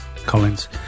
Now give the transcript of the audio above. Collins